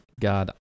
God